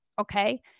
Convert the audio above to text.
okay